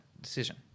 decision